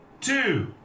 two